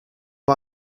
her